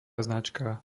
značka